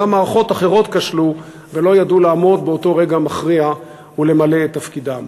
גם מערכות אחרות כשלו ולא ידעו לעמוד באותו רגע מכריע ולמלא את תפקידן.